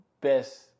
best